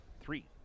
three